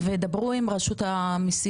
תדברו בבקשה עם רשות המיסים,